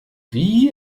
wie